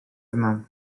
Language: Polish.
znam